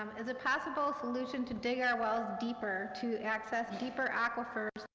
um is a possible solution to dig our wells deeper, to access deeper aquifers,